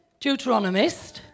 Deuteronomist